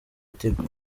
tigo